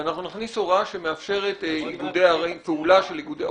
ואנחנו נכניס הוראה שמאפשרת פעולה או